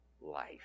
life